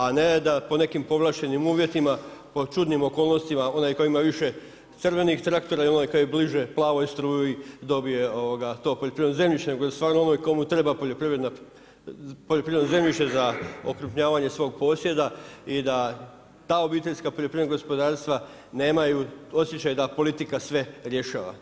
A ne da po nekim povlaštenim uvjetima, po čudnim okolnostima onaj tko ima više crvenih traktora i onaj koji je bliže plavoj struji dobije to poljoprivredno zemljište, nego da stvarno onaj komu treba poljoprivredno zemljište za okrupnjavanje svog posjeda i da ta obiteljska poljoprivredna gospodarstva nemaju osjećaj da politika sve rješava.